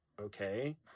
okay